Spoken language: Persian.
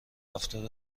هفتاد